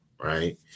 right